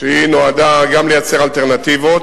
שנועדה גם לייצר אלטרנטיבות